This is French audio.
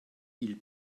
ils